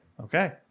Okay